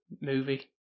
movie